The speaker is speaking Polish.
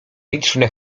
liczne